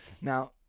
Now